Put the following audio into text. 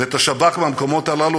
ואת השב"כ מהמקומות הללו,